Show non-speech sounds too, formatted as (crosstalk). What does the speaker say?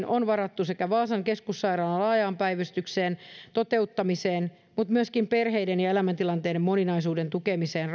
(unintelligible) on varattu rahoitusta sekä vaasan keskussairaalan laajan päivystyksen toteuttamiseen että myöskin perheiden ja elämäntilanteiden moninaisuuden tukemiseen (unintelligible)